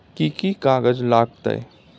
कि कि कागजात लागतै?